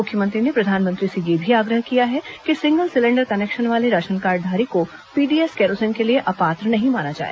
मुख्यमंत्री ने प्रधानमंत्री से यह भी आग्रह किया है कि सिंगल सिलेंडर कनेक्शन वाले राशन कार्डधारी को पीडीएस केरोसिन के लिए अपात्र नहीं माना जाए